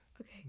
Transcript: Okay